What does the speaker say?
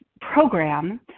program